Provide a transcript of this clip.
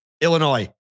Illinois